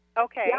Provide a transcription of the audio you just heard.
Okay